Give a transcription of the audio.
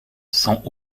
sans